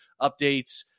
updates